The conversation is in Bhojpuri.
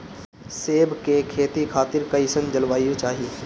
सेब के खेती खातिर कइसन जलवायु चाही?